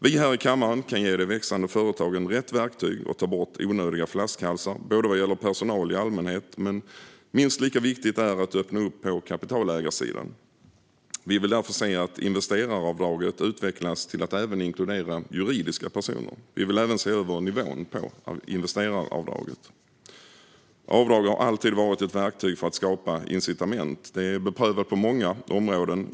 Vi här i kammaren kan ge de växande företagen rätt verktyg och ta bort onödiga flaskhalsar. Detta gäller personal i allmänhet, men minst lika viktigt är att öppna upp på kapitalägarsidan. Vi vill därför se att investeraravdraget utvecklas till att även inkludera juridiska personer. Vi vill även se över nivån på investeraravdraget. Avdrag har alltid varit ett verktyg för att skapa incitament; det är beprövat på många områden.